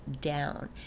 down